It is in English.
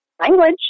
language